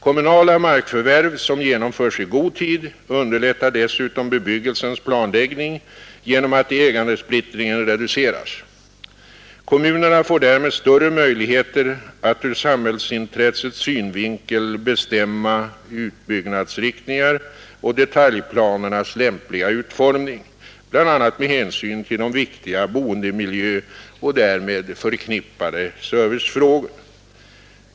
Kommunala markförvärv, som genomförs i god tid, underlätlagstiftningen tar dessutom bebyggelsens planläggning genom att ägandesplittringen reduceras. Kommunerna får därigenom större möjligheter att ur samhällsintressets synvinkel bestämma utbyggnadsriktningar och detaljplanernas lämpliga utformning, bl.a. med hänsyn till viktiga boendemiljöoch därmed förknippade servicefrågor.